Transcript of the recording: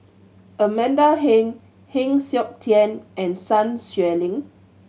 Amanda Heng Heng Siok Tian and Sun Xueling